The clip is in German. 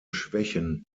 schwächen